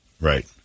Right